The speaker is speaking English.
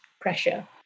pressure